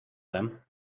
them